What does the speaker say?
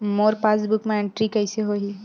मोर passbook मा entry कइसे होही?